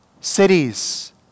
cities